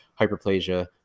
hyperplasia